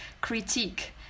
critique